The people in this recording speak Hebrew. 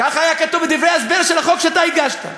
ככה היה כתוב בדברי ההסבר של החוק שאתה הגשת.